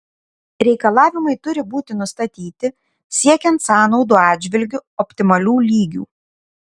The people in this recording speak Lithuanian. reikalavimai turi būti nustatyti siekiant sąnaudų atžvilgiu optimalių lygių